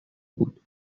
بود